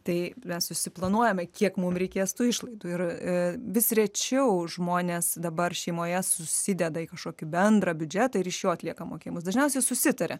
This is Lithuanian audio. tai mes susiplanuojame kiek mum reikės tų išlaidų ir vis rečiau žmonės dabar šeimoje susideda į kažkokį bendrą biudžetą ir iš jo atlieka mokėjimus dažniausiai susitaria